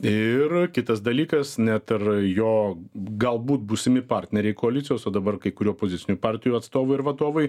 ir kitas dalykas net ir jo galbūt būsimi partneriai koalicijos o dabar kai kurių opozicinių partijų atstovai ir vadovai